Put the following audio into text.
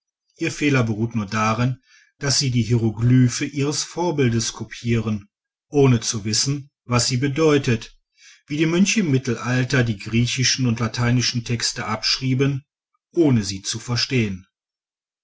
ihr fehler beruht nur darin daß sie die hieroglyphe ihres vorbildes kopieren ohne zu wissen was sie bedeutet wie die mönche im mittelalter die griechischen und lateinischen texte abschrieben ohne sie zu verstehen